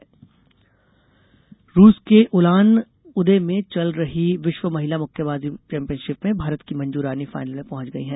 महिला मुक्केबाजी रूस के उलान उदे में चल रही विश्व महिला मुक्केबाजी चैम्पियनशिप में भारत की मंजू रानी फाइनल में पहुंच गई हैं